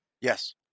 Yes